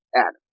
Adam